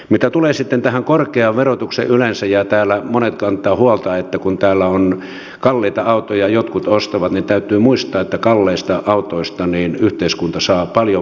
mitä tulee sitten tähän korkeaan verotukseen yleensä niin kun täällä monet kantavat huolta siitä että täällä kalliita autoja jotkut ostavat niin täytyy muistaa että kalliista autoista yhteiskunta saa paljon veroja